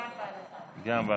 גם רם.